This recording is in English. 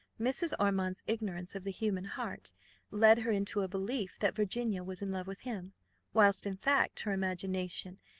mrs. ormond's ignorance of the human heart led her into a belief that virginia was in love with him whilst, in fact, her imagination,